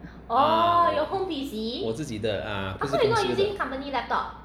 ah 我自己的不是公司的